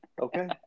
Okay